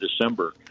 December